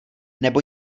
nebo